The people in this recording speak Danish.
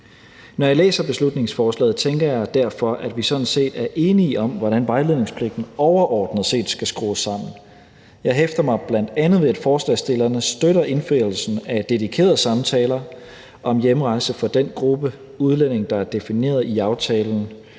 Når jeg læser beslutningsforslaget, tænker jeg derfor, at vi sådan set er enige om, hvordan vejledningspligten overordnet set skal skrues sammen. Jeg hæfter mig bl.a. ved, at forslagsstillerne støtter indførelsen af dedikerede samtaler om hjemrejse for den gruppe udlændinge, der er defineret i aftalen